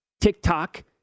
TikTok